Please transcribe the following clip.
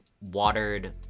watered